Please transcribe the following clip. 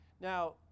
Now